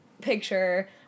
picture